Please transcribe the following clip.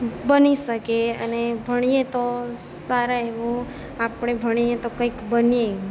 ભણી શકે અને ભણીએ તો સારા એવો આપણે ભણીએ તો કંઈક બનીએ